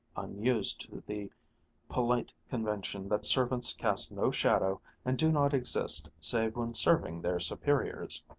unused to the polite convention that servants cast no shadow and do not exist save when serving their superiors.